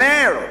אומר: